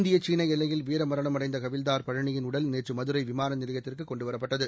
இந்திய சீன எல்லையில் வீரமரணமடைந்த ஹவில்தார் பழனியின் உடல் நேற்று மதுரை விமான நிலையத்திற்கு கொண்டுவரப்பட்டது